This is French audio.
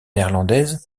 néerlandaise